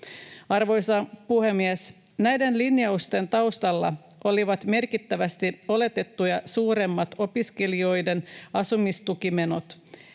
Arvoisa puhemies! Näiden linjausten taustalla olivat merkittävästi oletettuja suuremmat opiskelijoiden asumistukimenot,